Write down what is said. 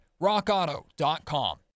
rockauto.com